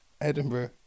Edinburgh